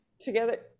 Together